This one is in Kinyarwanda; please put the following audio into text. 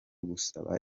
gusaba